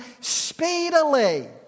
speedily